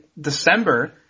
December